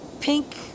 pink